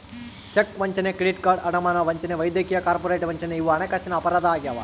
check ವಂಚನೆ credit card ಅಡಮಾನ ವಂಚನೆ ವೈದ್ಯಕೀಯ ಕಾರ್ಪೊರೇಟ್ ವಂಚನೆ ಇವು ಹಣಕಾಸಿನ ಅಪರಾಧ ಆಗ್ಯಾವ